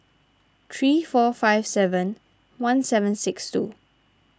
three four five seven one six seven two